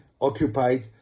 occupied